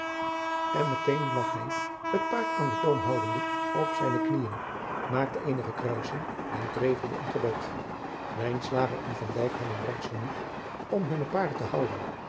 met een lag hij het paard aan den toom houdende op zijne knieën maakte eenige kruisen en prevelde een gebed lijnslager en van dijk hadden werks genoeg om hunne paarden te houden